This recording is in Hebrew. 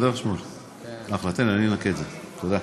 דרך אגב,